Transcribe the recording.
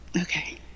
Okay